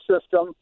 system